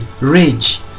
rage